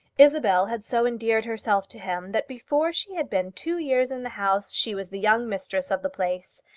isabel had so endeared herself to him that before she had been two years in the house she was the young mistress of the place.